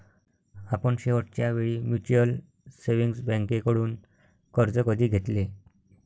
आपण शेवटच्या वेळी म्युच्युअल सेव्हिंग्ज बँकेकडून कर्ज कधी घेतले?